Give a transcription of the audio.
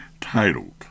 titled